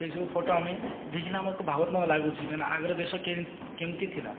ସେଇସବୁ ଫଟୋ ଆମେ ଦେଖିଲେ ଆମକୁ ଭାବତ୍ମକ ଲାଗୁଛି କାରଣ ଆଗ ଦେଶ କେମିତି ଥିଲା